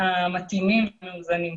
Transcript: מתאימות ומאוזנות.